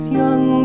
young